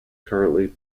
currently